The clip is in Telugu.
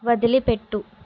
వదిలిపెట్టు